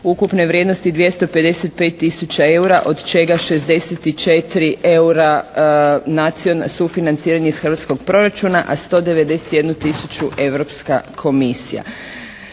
ukupne vrijednosti 255 tisuća eura, od čega 64 eura su financiranje iz hrvatskog proračuna, a 191 tisuću Europska komisija.